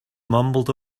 mumbled